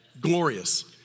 Glorious